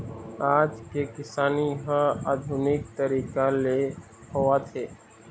आज के किसानी ह आधुनिक तरीका ले होवत हे